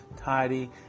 tidy